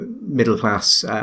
middle-class